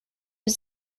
was